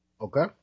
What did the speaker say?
Okay